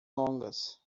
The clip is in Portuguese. longas